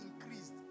increased